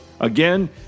Again